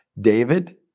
David